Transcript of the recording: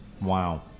Wow